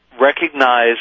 recognize